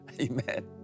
Amen